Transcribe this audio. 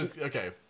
Okay